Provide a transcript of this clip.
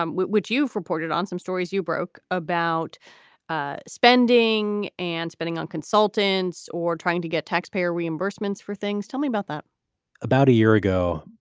um which you've reported on some stories you broke about ah spending and spending on consultants or trying to get taxpayer reimbursements for things. tell me about that about a year ago,